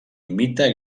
imita